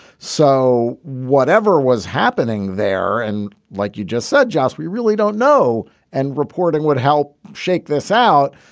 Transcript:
so whatever was happening there and like you just said, joss, we really don't know and reporting would help shake this out.